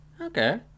Okay